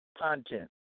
content